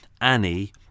Annie